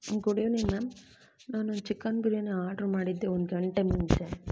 good evening ma'am ನಾನು chicken biryani order ಮಾಡಿದ್ದೆ ಒಂದು ಗಂಟೆ ಮುಂಚೆ